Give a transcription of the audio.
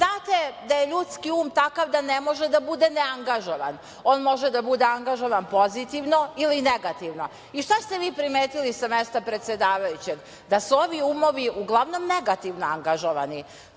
znate da je ljudski um takav da ne može da bude neangažovan, on može da bude angažovan pozitivno ili negativno. I šta ste vi primetili sa mesta predsedavajućeg? Da su ovi umovi uglavnom negativno angažovani,